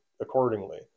accordingly